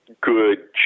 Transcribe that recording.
good